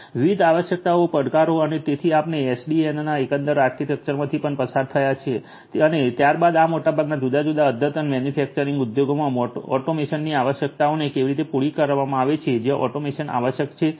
વિવિધ આવશ્યકતાઓ પડકારો અને તેથી આપણે એસડીએનના એકંદર આર્કિટેક્ચરમાંથી પણ પસાર થયા છે અને ત્યાર બાદ આ મોટાભાગના જુદા જુદા અદ્યતન મેન્યુફેક્ચરીંગ ઉદ્યોગોમાં ઓટોમેશનની આવશ્યકતાઓને કેવી રીતે પૂરી કરવામાં આવે છે જ્યાં ઑટોમેશન આવશ્યક છે વગેરે